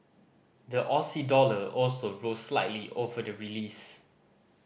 the Aussie dollar also rose slightly over the release